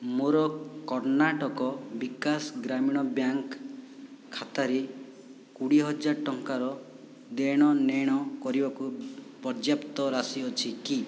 ମୋର କର୍ଣ୍ଣାଟକ ବିକାଶ ଗ୍ରାମୀଣ ବ୍ୟାଙ୍କ୍ ଖାତାରେ କୋଡ଼ିଏ ହଜାର ଟଙ୍କାର ଦେଣ ନେଣ କରିବାକୁ ପର୍ଯ୍ୟାପ୍ତ ରାଶି ଅଛି କି